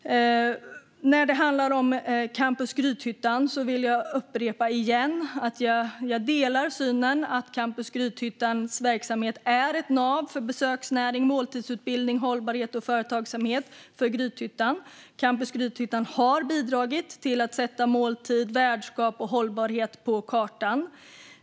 När det handlar om Campus Grythyttan vill jag återigen upprepa att jag delar synen att Campus Grythyttans verksamhet är ett nav för besöksnäring, måltidsutbildning, hållbarhet och företagsamhet för Grythyttan. Campus Grythyttan har bidragit till att sätta måltid, värdskap och hållbarhet på kartan.